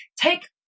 take